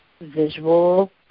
visual